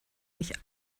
nicht